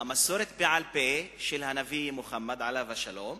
בעל-פה של הנביא מוחמד, עליו השלום,